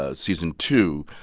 ah season two,